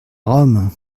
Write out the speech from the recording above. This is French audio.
rome